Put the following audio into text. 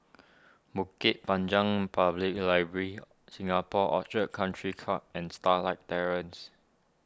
Bukit Panjang Public Library Singapore Orchid Country Club and Starlight Terrace